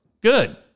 Good